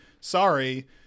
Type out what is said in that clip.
Sorry